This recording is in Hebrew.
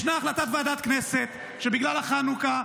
ישנה החלטת ועדת כנסת שבגלל החנוכה,